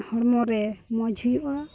ᱦᱚᱲᱢᱚ ᱨᱮ ᱢᱚᱡᱽ ᱦᱩᱭᱩᱜᱼᱟ